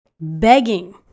begging